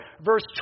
verse